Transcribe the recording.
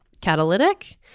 Catalytic